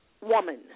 woman